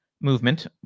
movement